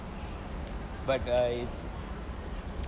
but err it's